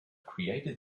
created